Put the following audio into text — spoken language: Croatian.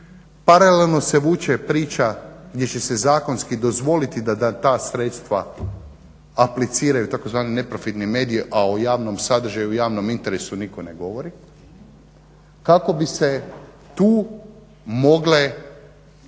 paralelno se vuče priča gdje će se zakonski dozvoliti da ta sredstva apliciraju tzv. neprofitni medije, a o javnom sadržaju, javnom interesu nitko ne govori, kako bi se tu mogla